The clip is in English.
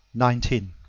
nineteen.